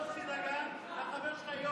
יוסי דגן, החבר שלך.